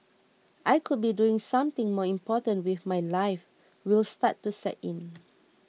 I could be doing something more important with my life will start to set in